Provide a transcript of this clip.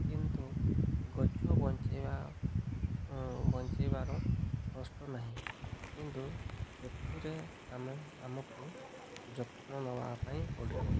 କିନ୍ତୁ ଗଛ ବଞ୍ଚାଇବା ବଞ୍ଚାଇବାର କଷ୍ଟ ନାହିଁ କିନ୍ତୁ ସେଥିରେ ଆମେ ଆମକୁ ଯତ୍ନ ନେବା ପାଇଁ ପଡ଼ିବ